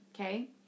okay